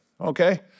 Okay